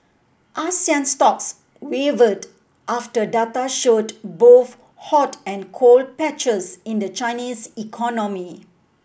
Asian stocks wavered after data showed both hot and cold patches in the Chinese economy